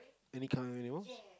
any kind of animals